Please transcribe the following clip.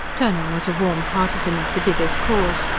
turnham was a warm partisan of the diggers' cause.